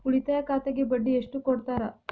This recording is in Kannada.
ಉಳಿತಾಯ ಖಾತೆಗೆ ಬಡ್ಡಿ ಎಷ್ಟು ಕೊಡ್ತಾರ?